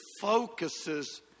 focuses